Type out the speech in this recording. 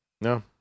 No